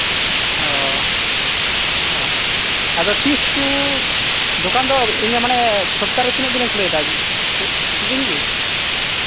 ᱚ ᱚ ᱟᱫᱚ ᱛᱤᱥ ᱠᱚ ᱫᱳᱠᱟᱱ ᱫᱚ ᱢᱟᱱᱮ ᱥᱚᱯᱛᱟᱦᱚᱨᱮ ᱛᱤᱱᱟᱹᱜ ᱫᱤᱱᱮᱢ ᱠᱷᱩᱞᱟᱹᱣᱫᱟ ᱯᱨᱚᱛᱤᱫᱤᱱ ᱜᱮ